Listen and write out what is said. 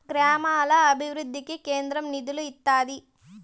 గ్రామాల అభివృద్ధికి కేంద్రం నిధులు ఇత్తాది